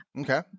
Okay